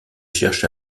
cherche